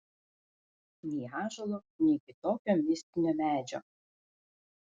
nei ąžuolo nei kitokio mistinio medžio